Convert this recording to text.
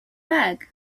bag